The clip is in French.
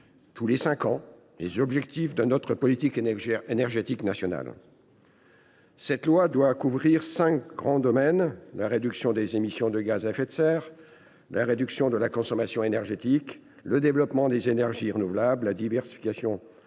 tous les cinq ans, les objectifs de notre politique énergétique nationale. Cette loi doit couvrir la réduction des émissions de gaz à effet de serre (GES), la réduction de la consommation énergétique, le développement des énergies renouvelables, la diversification du